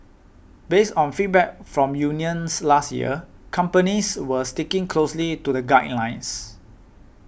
based on feedback from unions last year companies were sticking closely to the guidelines